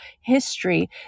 history